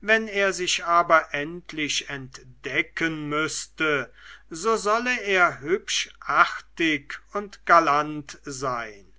wenn er sich aber endlich entdecken müßte so solle er hübsch artig und galant sein